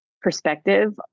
perspective